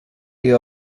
the